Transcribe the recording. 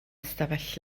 ystafell